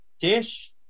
dish